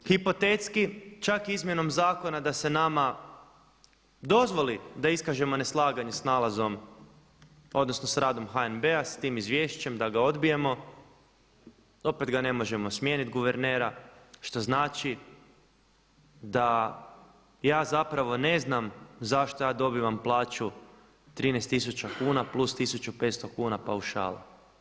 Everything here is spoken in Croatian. Hipotetski čak izmjenom zakona da se nama dozvoli da iskažemo neslaganje s nalazom odnosno s radom HNB-a s tim izvješćem, da ga odbijemo opet ga ne možemo smijeniti guvernera što znači da ja zapravo ne znam zašto ja dobivam plaću 13 tisuća kuna plus 1500 kuna paušala.